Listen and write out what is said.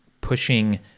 pushing